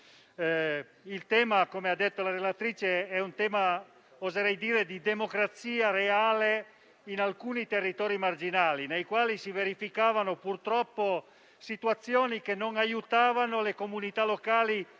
Il tema, come ha detto la relatrice, è - oserei dire - di democrazia reale in alcuni territori marginali, nei quali si verificavano purtroppo situazioni che non aiutavano le comunità locali